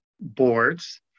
boards